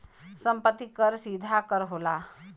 सम्पति कर सीधा कर होला